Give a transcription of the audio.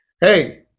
hey